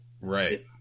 right